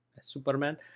Superman